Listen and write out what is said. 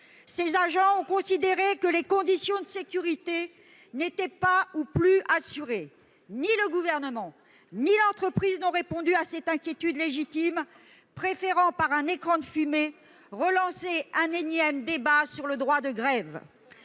Ces agents ont considéré que les conditions de sécurité n'étaient pas ou plus assurées. Or ni le Gouvernement ni l'entreprise n'ont répondu à leur inquiétude légitime, préférant, par un écran de fumée, relancer un énième débat sur le droit de grève.